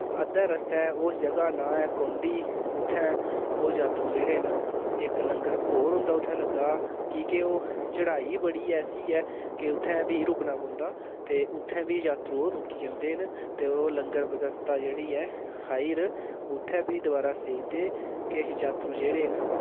अद्धे रस्ता उस जगहा दा नांऽ ऐ कुंडी उत्थै ओह् जातरू जेह्ड़े न इक लंगर और होंदा उत्थै लग्गे दा कि के ओह् चढ़ाई बड़ी ऐसी ऐ कि उत्थै फ्ही रूकना पौंदा ते उत्थै बी जातरू ओह् रूकी जंदे न ते ओह् लंगर व्यवस्था जेह्ड़ी ऐ खाई'र उत्थै बी दुबारा सेई जंदे किश जातरू जेह्ड़े न